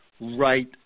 right